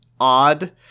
odd